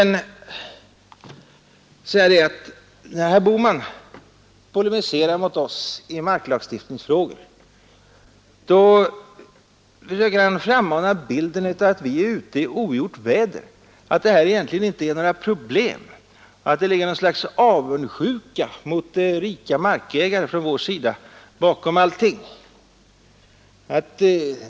När herr Bohman polemiserar mot oss i marklagstiftningsfrågor, försöker han frammana bilden av att vi är ute i ogjort väder, att det inte finns några problem och att det ligger något slags avundsjuka mot de rika markägarna bakom allting.